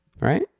Right